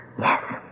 Yes